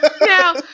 Now